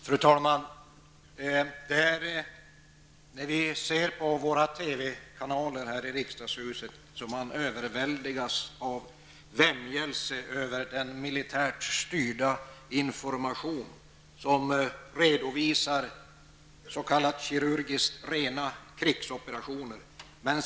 Fru talman! Det vi ser här i riksdagshuset i olika kanaler på TV gör att vi överväldigas av vämjelse över den militärt styrda information som redovisar s.k. kirurgiskt rena krigsoperationer.